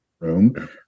room